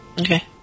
Okay